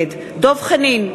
נגד דב חנין,